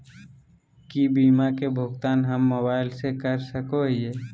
की बीमा के भुगतान हम मोबाइल से कर सको हियै?